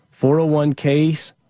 401ks